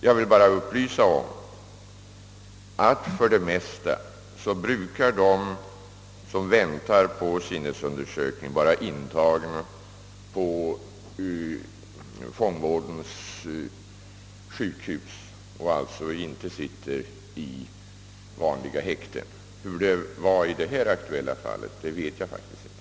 Jag vill bara upplysa om att de, som väntar på sinnesundersökning, för det mesta brukar vara intagna på fångvårdens sjukhus och alltså inte sitter i vanliga häkten. Hur det förhöll sig i det aktuella fallet vet jag faktiskt inte.